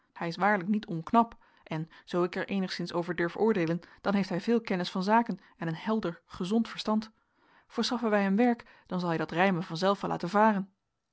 hij is waarlijk niet onknap en zoo ik er eenigszins over durf oordeelen dan heeft hij veel kennis van zaken en een helder gezond verstand verschaffen wij hem werk dan zal hij dat rijmen vanzelf wel laten varen